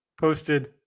posted